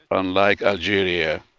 unlike algeria,